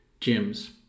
gyms